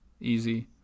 easy